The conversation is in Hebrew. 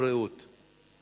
והבריאות נתקבלה.